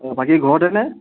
অঁ বাকী ঘৰতেনে